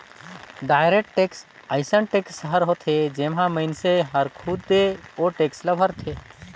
direct tax अइसन tax हर होथे जेम्हां मइनसे हर खुदे ओ टेक्स ल भरथे